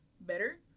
better